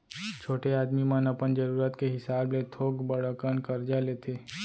छोटे आदमी मन अपन जरूरत के हिसाब ले थोक बड़ अकन करजा लेथें